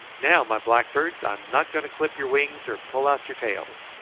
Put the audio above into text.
now, my blackbirds, i'm not going to clip your wings or pull out your tails.